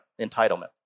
Entitlement